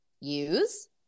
use